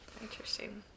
interesting